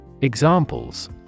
Examples